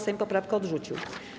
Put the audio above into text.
Sejm poprawkę odrzucił.